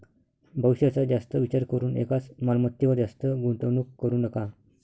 भविष्याचा जास्त विचार करून एकाच मालमत्तेवर जास्त गुंतवणूक करू नका